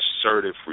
assertive